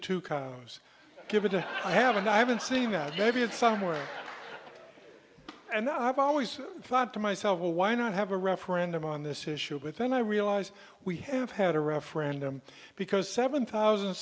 come give it to i haven't i haven't seen you know maybe it's somewhere and i've always thought to myself well why not have a referendum on this issue but then i realize we have had a referendum because seven thousand